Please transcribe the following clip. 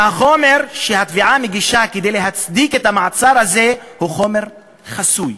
והחומר שהתביעה מגישה כדי להצדיק את המעצר הזה הוא חומר חסוי,